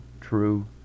true